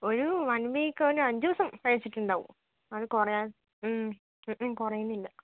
ഒരു one week ആകാന് അഞ്ച് ദിവസം കഴിച്ചിട്ടുണ്ടാകും അത് കുറയാന് കുറയണില്ല